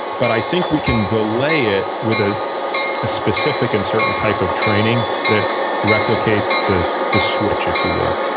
but i think we can delay it with a specific and certain type of training that replicates the the switch if you will.